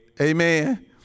Amen